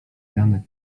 janek